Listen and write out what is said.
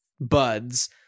buds